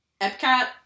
Epcot